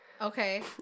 Okay